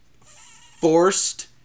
forced